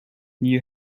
new